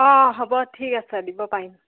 অ হ'ব ঠিক আছে দিব পাৰিম